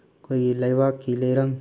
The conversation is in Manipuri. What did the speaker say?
ꯑꯩꯈꯣꯏꯒꯤ ꯂꯩꯕꯥꯛꯀꯤ ꯂꯩꯔꯪ